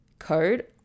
Code